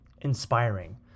inspiring